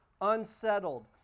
unsettled